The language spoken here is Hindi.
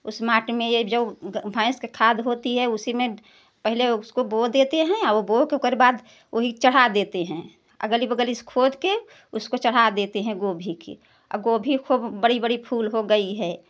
उस माटी में ये जो भैंस का खाद होती है उसी में पहिले उसको बो देते है और बो के ओकरे बाद वहीं चढ़ा देते हैं अगल बगल से खोद के उसको चढ़ा देते हैं गोभी के अ गोभी खूब बड़ी बड़ी फूल हो गई है